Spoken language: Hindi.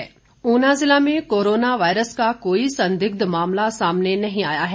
कोरोना वायरस ऊना जिला में कोरोना वायरस का कोई संदिग्ध मामला सामने नहीं आया है